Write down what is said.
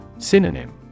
Synonym